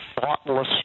thoughtless